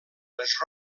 les